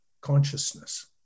consciousness